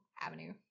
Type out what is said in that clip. avenue